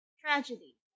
Tragedy